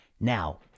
Now